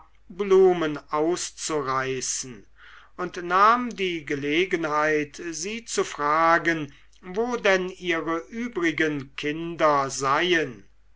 blumen auszureißen und nahm die gelegenheit sie zu fragen wo denn ihre übrigen kinder seien